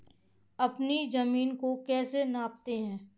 अपनी जमीन को कैसे नापते हैं?